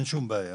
אין שום בעיה,